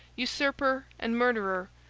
usurper and murderer,